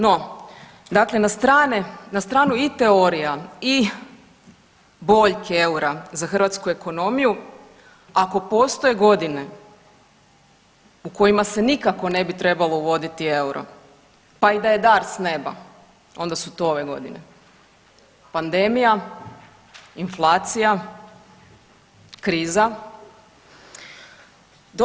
No, dakle na stranu i teorija i boljke eura za hrvatsku ekonomiju ako postoje godine u kojima se nikako ne bi trebao uvoditi euro, pa da je i dar s neba onda su to ove godine pandemija, inflacija, kriza.